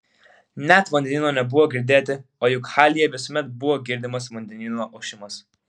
net vandenyno nebuvo girdėti o juk halyje visuomet buvo girdimas vandenyno ošimas